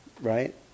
Right